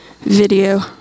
video